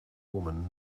woman